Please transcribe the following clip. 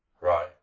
Right